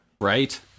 Right